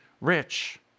rich